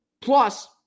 Plus